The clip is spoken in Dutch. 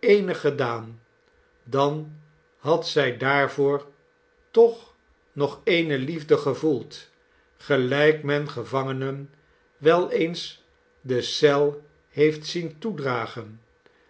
eene gedaan dan had zij daarvoor toch nog eene liefde gevoeld gelijk men gevangenen wel eens de eel heeft zien toedragen